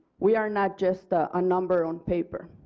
we are not just a number on paper.